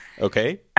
Okay